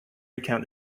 recount